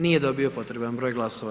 Nije dobio potreban broj glasova.